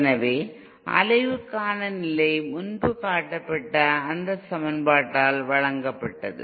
எனவே அலைவுக்கான நிலை முன்பு காட்டப்பட்ட அந்த சமன்பாட்டால் வழங்கப்பட்டது